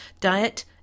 Diet